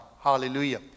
Hallelujah